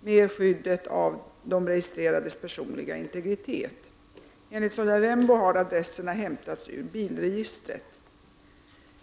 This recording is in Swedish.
med skyddet av de registrerades personliga integritet. Enligt Sonja Rembo har adresserna hämtats ur bilregistret.